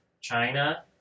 china